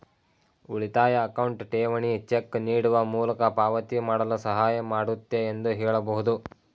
ಉಳಿತಾಯ ಅಕೌಂಟ್ ಠೇವಣಿ ಚೆಕ್ ನೀಡುವ ಮೂಲಕ ಪಾವತಿ ಮಾಡಲು ಸಹಾಯ ಮಾಡುತ್ತೆ ಎಂದು ಹೇಳಬಹುದು